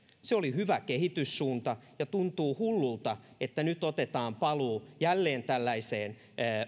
se oli hyvä kehityssuunta ja tuntuu hullulta että nyt otetaan paluu jälleen tällaiseen